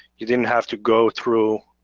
you didn't have to go through